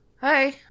Hi